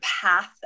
path